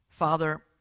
Father